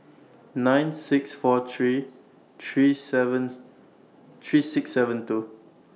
nine six four three three seven three six seven two